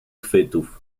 chwytów